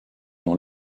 dans